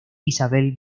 isabel